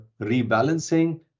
rebalancing